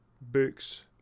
books